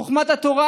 חוכמת התורה